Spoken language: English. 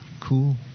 cool